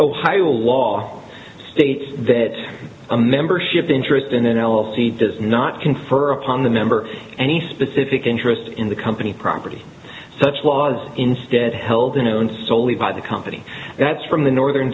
ohio law states that a membership interest in an l l c does not confer upon the member any specific interest in the company property such laws instead held in own soley by the company and that's from the northern